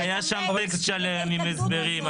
לשאלתך --- היה שם טקסט שלם עם הסברים,